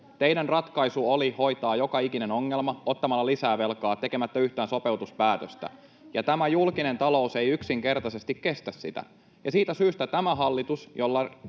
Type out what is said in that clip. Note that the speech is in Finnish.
Teidän ratkaisu oli hoitaa joka ikinen ongelma ottamalla lisää velkaa tekemättä yhtään sopeutuspäätöstä, ja tämä julkinen talous ei yksinkertaisesti kestä sitä. Tällä hallituksella